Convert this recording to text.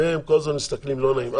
אתם כל הזמן מסתכלים על לא נעים,